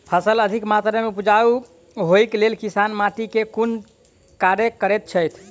फसल अधिक मात्रा मे उपजाउ होइक लेल किसान माटि मे केँ कुन कार्य करैत छैथ?